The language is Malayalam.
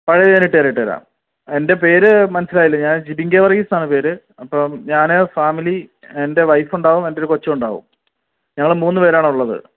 അത് ഇട്ട് തരാം ഇട്ട് തരാം എൻ്റെ പേര് മനസ്സിലായില്ലെ ഞാൻ ജിബിൻ കെ വർഗീസ് എന്നാണ് പേര് അപ്പം ഞാന് ഫാമിലി എൻ്റെ വൈഫ് ഉണ്ടാകും എൻ്റെ ഒരു കൊച്ചുണ്ടാവും ഞങ്ങള് മൂന്ന് പേരാണ് ഉള്ളത്